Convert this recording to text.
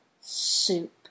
soup